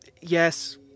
yes